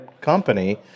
company